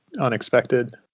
unexpected